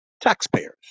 taxpayers